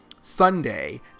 Sunday